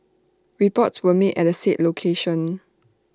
reports were made at the said location